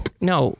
No